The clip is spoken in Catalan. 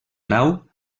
nau